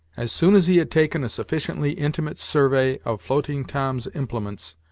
as soon as he had taken a sufficiently intimate survey of floating tom's implements,